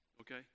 okay